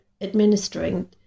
Administering